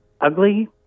ugly